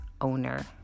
owner